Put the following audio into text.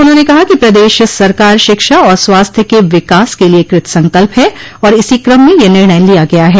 उन्होंने कहा कि प्रदेश सरकार शिक्षा और स्वास्थ्य के विकास के लिए कृतसंकल्प है और इसी क्रम में यह निर्णय लिया गया है